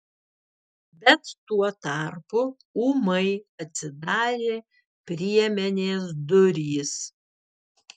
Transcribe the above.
bet tuo tarpu ūmai atsidarė priemenės durys